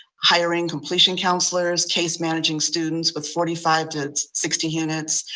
hiring completion counselors, case managing students with forty five to sixty units.